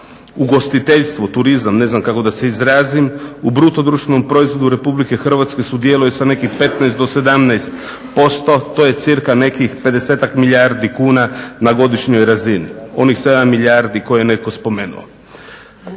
ugostiteljstvo, turizam, ne znam kako da se izrazim u bruto društvenom proizvodu Republike Hrvatske sudjeluje sa nekih 15 do 17 posto. To je cca nekih 50-tak milijardi kuna na godišnjoj razini. Onih 7 milijardi koje je netko spomenuo.